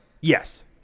Yes